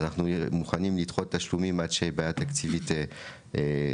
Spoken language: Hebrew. אנחנו מוכנים לדחות תשלומים עד שהבעיה התקציבית תיפתר,